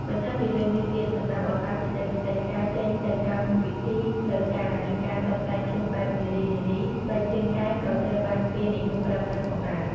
បន្ថែមពីលើនេះទៀត សម្រាប់ឱកាសពិសេសៗ ការចេញទៅកម្មវិធីផ្លូវការ ឬការតុបតែងខ្លួនបែបនារីៗ ស្បែកជើងកែងក៏ត្រូវបានគេនិយមប្រើប្រាស់ផងដែរ។